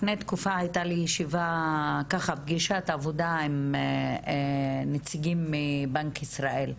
לפני תקופה הייתה לי פגישת עבודה עם נציגים מבנק ישראל,